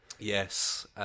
Yes